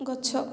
ଗଛ